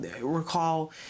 recall